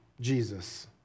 Jesus